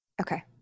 Okay